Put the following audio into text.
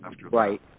Right